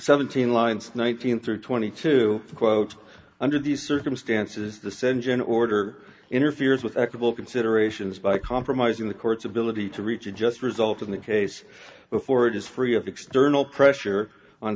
seventeen lines nineteen through twenty two quote under these circumstances the send general order interferes with equable considerations by compromising the court's ability to reach a just result in the case before it is free of external pressure on